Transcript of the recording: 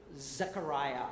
Zechariah